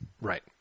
Right